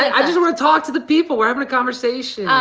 i just wanna talk to the people. we're having a conversation.